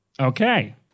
Okay